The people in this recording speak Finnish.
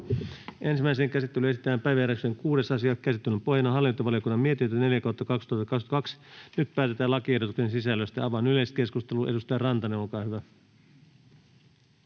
Ensimmäiseen käsittelyyn esitellään päiväjärjestyksen 6. asia. Käsittelyn pohjana on hallintovaliokunnan mietintö HaVM 4/2022 vp. Nyt päätetään lakiehdotuksen sisällöstä. — Avaan yleiskeskustelun. Edustaja Rantanen, olkaa hyvä.